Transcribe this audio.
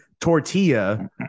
tortilla